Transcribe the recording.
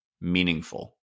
meaningful